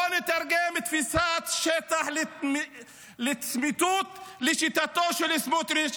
בואו נתרגם תפיסת שטח לצמיתות לשיטתו של סמוטריץ':